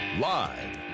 Live